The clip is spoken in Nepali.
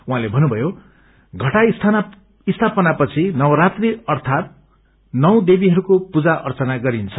उहाँले भन्नुभयो घटास्थापनापछि नवरात्रि अर्थात नो देवीहरूको पूजा अर्चना गरिन्छ